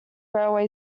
railway